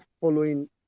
following